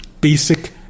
basic